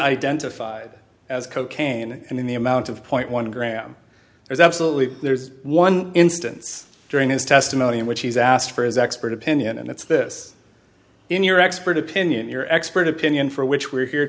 identified as cocaine and in the amount of point one gram there's absolutely there's one instance during his testimony in which he's asked for his expert opinion and that's this in your expert opinion your expert opinion for which we are here